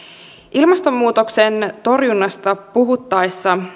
ilmastonmuutoksen torjunnasta puhuttaessa